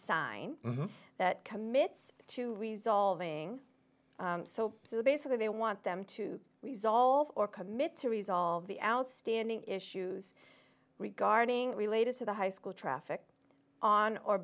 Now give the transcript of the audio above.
sign that it commits to resolving so basically they want them to resolve or commit to resolve the outstanding issues regarding related to the high school traffic on or